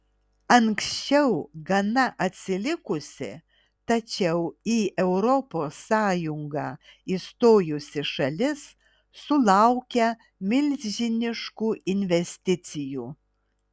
anksčiau gana atsilikusi tačiau į europos sąjungą įstojusi šalis sulaukia milžiniškų investicijų